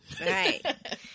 right